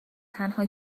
تنها